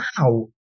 wow